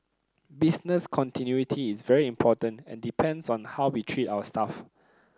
business continuity is very important and depends on how we treat our staff